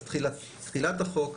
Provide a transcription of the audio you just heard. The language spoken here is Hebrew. אז תחילת החוק,